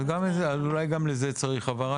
אז גם את זה, אולי גם לזה צריך הבהרה.